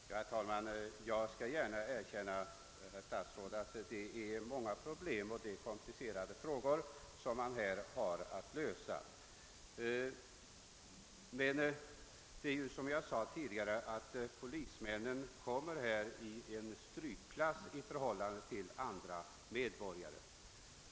Herr talman! Jag skall gärna erkänna, herr statsråd, att det är många problem och komplicerade frågor som man här har att lösa. Men som jag tidigare sade kommer polismännen här i en strykklass i förhållande till andra medborgare.